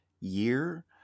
year